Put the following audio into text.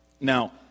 Now